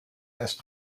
erst